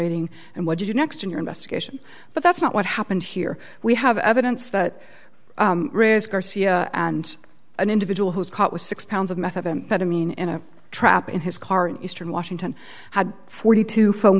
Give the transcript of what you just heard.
ting and what you do next in your investigation but that's not what happened here we have evidence that really is garcia and an individual who is caught with six pounds of methamphetamine in a trap in his car in eastern washington had forty two